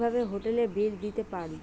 কিভাবে হোটেলের বিল দিতে পারি?